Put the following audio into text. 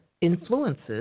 influences